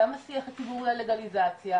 גם השיח הציבורי על לגליזציה,